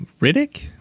Riddick